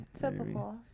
Typical